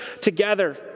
together